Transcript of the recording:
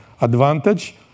advantage